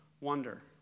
wonder